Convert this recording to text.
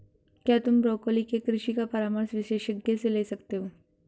क्या तुम ब्रोकोली के कृषि का परामर्श विशेषज्ञों से ले सकते हो?